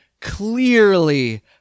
clearly